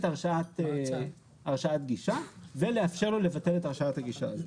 הרשאת גישה ולאפשר לו לבטל את הרשאת הגישה הזאת.